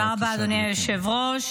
תודה רבה, אדוני היושב-ראש.